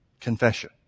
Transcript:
Confession